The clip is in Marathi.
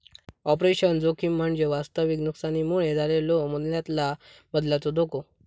ऑपरेशनल जोखीम म्हणजे वास्तविक नुकसानीमुळे झालेलो मूल्यातला बदलाचो धोको